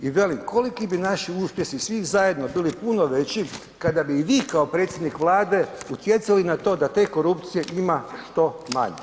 I velim, koliki bi naši uspjesi svih zajedno bili puno veći kada bi i vi kao predsjednik Vlade utjecali na to da te korupcije ima što manje.